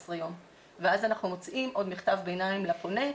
ואז אנחנו מוציאים עוד מכתב ביניים לפונה,